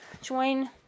join